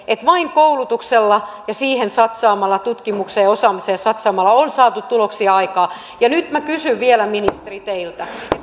että vain koulutuksella ja siihen satsaamalla tutkimukseen ja osaamiseen satsaamalla on saatu tuloksia aikaan nyt minä kysyn vielä ministeri teiltä